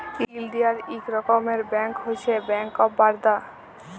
ইলডিয়াল ইক রকমের ব্যাংক হছে ব্যাংক অফ বারদা